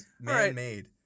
Man-made